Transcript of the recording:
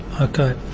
Okay